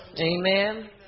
Amen